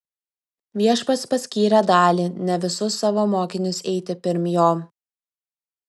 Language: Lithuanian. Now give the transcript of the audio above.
viešpats paskyrė dalį ne visus savo mokinius eiti pirm jo